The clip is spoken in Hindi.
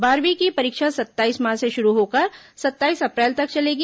बारहवीं की परीक्षा सत्ताईस मार्च से शुरू होकर सत्ताईस अप्रैल तक चलेगी